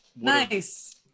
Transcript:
nice